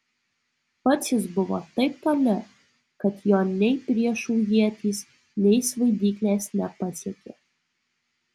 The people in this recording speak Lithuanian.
pats jis buvo taip toli kad jo nei priešų ietys nei svaidyklės nepasiekė